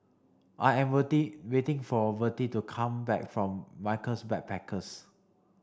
I am Vertie waiting for Vertie to come back from Michaels Backpackers